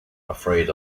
afraid